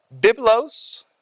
Biblos